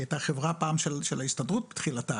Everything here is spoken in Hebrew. היא הייתה חברה של ההסתדרות בתחילתה